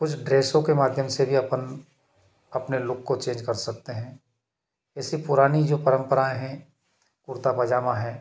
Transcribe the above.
कुछ ड्रेसों के माध्यम से भी अपन अपने लुक को चेंज कर सकते हैं जैसे पुरानी जो परंपराएँ हैं कुर्ता पजामा है